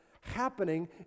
happening